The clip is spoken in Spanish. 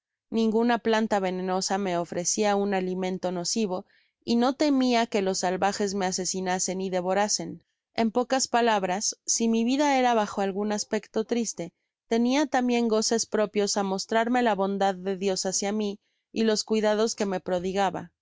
ninguna planta venenosa me ofrecia un alimento nocivo y botemia que los salvajes me asesinasen y devorasen en pocas palabras si mi vida era bajo algun aspecto triste tenia tambien goces propios á mostrarme la bondad de dios hácia mi y los cuidados que me prodigaba